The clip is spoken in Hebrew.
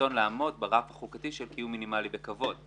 הרצון לעמוד ברף החוקתי של קיום מינימלי בכבוד.